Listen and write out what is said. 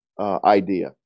Idea